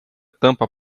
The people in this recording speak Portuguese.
tampa